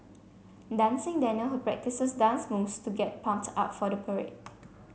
dancing Daniel who practices dance moves to get pumps up for the parade